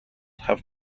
have